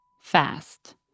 fast